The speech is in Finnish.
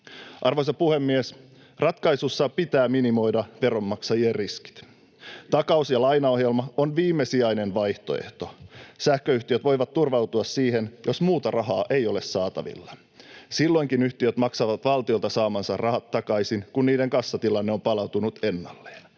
Arvoisa puhemies! Ratkaisussa pitää minimoida veronmaksajien riskit. Takaus- ja lainaohjelma on viimesijainen vaihtoehto. Sähköyhtiöt voivat turvautua siihen, jos muuta rahaa ei ole saatavilla. Silloinkin yhtiöt maksavat valtiolta saamansa rahat takaisin, kun niiden kassatilanne on palautunut ennalleen.